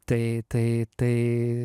tai tai tai